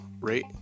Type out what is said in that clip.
rate